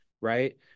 right